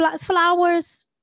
flowers